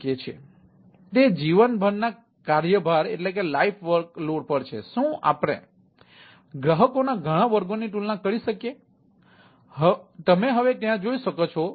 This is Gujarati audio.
તેથી તે જીવનના કાર્યભાર કરી શકાય છે